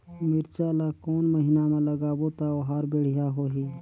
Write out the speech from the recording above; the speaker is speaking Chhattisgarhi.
मिरचा ला कोन महीना मा लगाबो ता ओहार बेडिया होही?